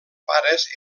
pares